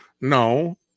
no